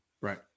Right